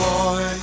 Boy